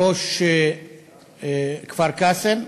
ראש עיריית כפר-קאסם,